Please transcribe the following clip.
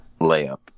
layup